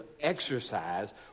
exercise